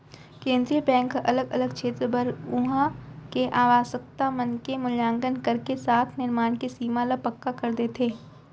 केंद्रीय बेंक ह अलग अलग छेत्र बर उहाँ के आवासकता मन के मुल्याकंन करके साख निरमान के सीमा ल पक्का कर देथे